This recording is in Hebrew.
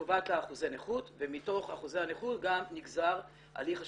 שקובעת לה אחוזי נכות ומתוך אחוזי הנכות גם נגזר הליך השיקום.